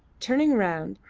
turning round,